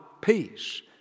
peace